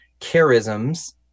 charisms